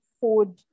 food